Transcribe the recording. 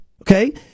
Okay